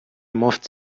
مفت